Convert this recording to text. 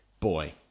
Boy